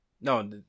No